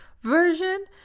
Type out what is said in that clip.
version